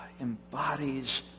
embodies